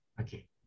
Okay